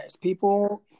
people